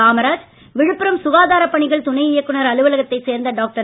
காமராஜ் விழுப்புரம் சுகாதாரப் பணிகள் துணை இயக்குனர் அலுவலகத்தைச் சேர்ந்த டாக்டர்